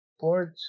port